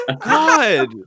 God